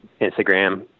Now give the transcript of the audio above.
Instagram